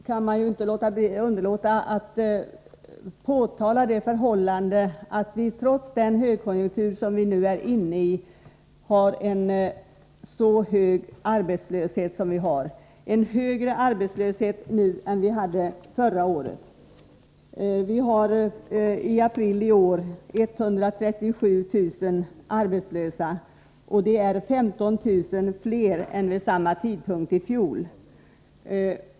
Man kan inte underlåta att påtala att vi, trots att vi nu är inne i en högkonjunktur, har en så hög arbetslöshet — en högre arbetslöshet än vi hade förra året. Vi hade i april i år 137 000 arbetslösa, och det är 15 000 fler än vid samma tidpunkt i fjol.